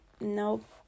nope